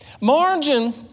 Margin